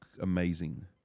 amazing